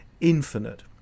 infinite